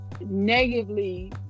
negatively